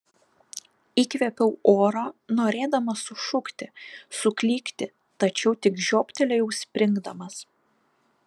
įkvėpiau oro norėdamas sušukti suklykti tačiau tik žioptelėjau springdamas